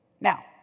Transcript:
Now